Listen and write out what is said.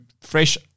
fresh